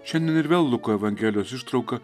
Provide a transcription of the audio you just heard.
šiandien ir vėl luko evangelijos ištrauka